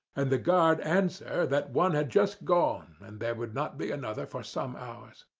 and the guard answer that one had just gone and there would not be another for some hours.